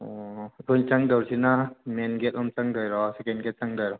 ꯑꯣ ꯑꯩꯈꯣꯏ ꯆꯪꯗꯧꯔꯤꯁꯤꯅ ꯃꯦꯟ ꯒꯦꯠꯂꯣꯝꯗ ꯆꯪꯗꯣꯏꯔꯣ ꯁꯤꯀꯦꯟ ꯒꯦꯠ ꯆꯪꯗꯣꯏꯔꯣ